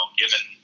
given